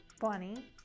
Bunny